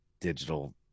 digital